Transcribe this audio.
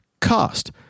cost